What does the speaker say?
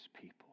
people